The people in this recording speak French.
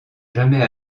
jamais